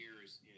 years